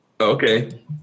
Okay